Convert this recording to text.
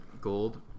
gold